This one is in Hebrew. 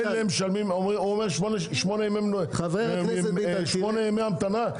אומר 8 ימי המתנה.